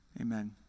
Amen